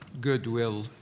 goodwill